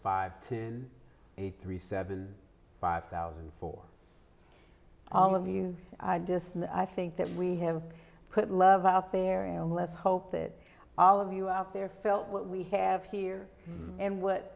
five eight three seven five thousand for all of you i just i think that we have put love out there and let's hope that all of you out there felt what we have here and what